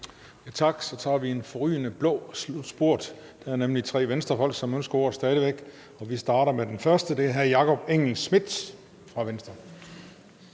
Tak. Så tager vi en forrygende blå slutspurt, der er nemlig tre Venstrefolk, som stadig væk ønsker ordet. Vi starter med den første, og det er hr. Jakob Engel-Schmidt fra Venstre.